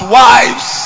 wives